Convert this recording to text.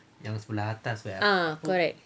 ah correct